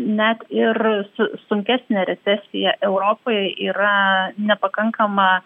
net ir su sunkesne recesija europoje yra nepakankama